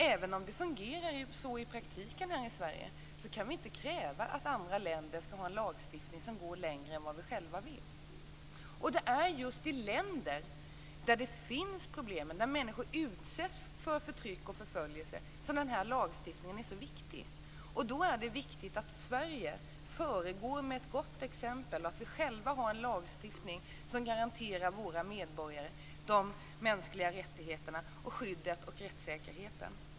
Även om det fungerar så i praktiken här i Sverige kan vi inte kräva att andra länder skall ha en lagstiftning som går längre än vad vi själva vill. Och det är just i länder där dessa problem finns, där människor utsätts för förtryck och förföljelse, som den här lagstiftningen är så viktig. Då är det viktigt att Sverige föregår med gott exempel och att vi själva har en lagstiftning som garanterar våra medborgare de mänskliga rättigheterna, skyddet och rättssäkerheten.